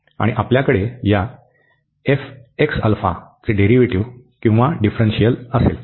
आणि आपल्याकडे या चे डेरीव्हेटिव किंवा डिफ्रन्शीयल असेल